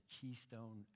keystone